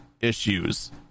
issues